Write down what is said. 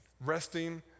resting